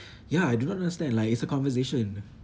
ya I do not understand like it's a conversation